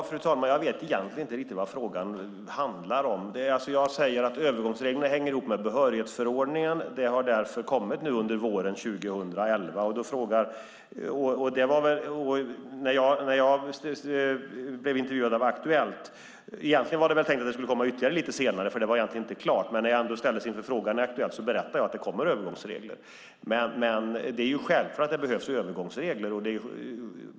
Fru talman! Jag vet egentligen inte riktigt vad frågan handlar om. Jag säger att övergångsreglerna hänger ihop med behörighetsförordningen. De har därför kommit nu under våren 2011. Det var väl tänkt att det skulle komma ytterligare lite senare, för det var egentligen inte klart, men när jag ändå ställdes inför frågan i Aktuellt berättade jag att det kommer övergångsregler. Det är självklart att det behövs övergångsregler.